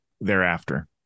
thereafter